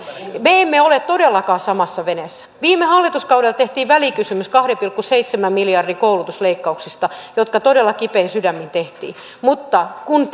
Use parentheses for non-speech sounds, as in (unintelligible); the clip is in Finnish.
me emme ole todellakaan samassa veneessä viime hallituskaudella tehtiin välikysymys kahden pilkku seitsemän miljardin koulutusleikkauksista jotka todella kipein sydämin tehtiin mutta kun (unintelligible)